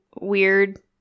weird